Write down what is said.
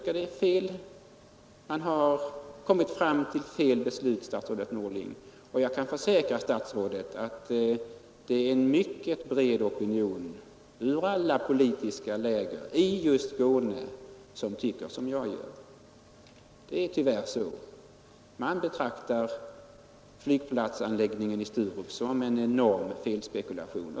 Regeringen har dragit fel slutsatser, herr Norling, och jag kan försäkra statsrådet att det är en mycket bred opinion ur alla politiska läger i Skåne som tycker som jag. Tyvärr är det så. Man betraktar flygplatsanläggningen i Sturup som en enorm felspekulation.